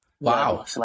Wow